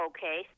Okay